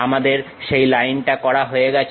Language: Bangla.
আমাদের সেই লাইনটা করা হয়ে গেছে